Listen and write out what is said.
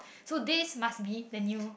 so this must be the new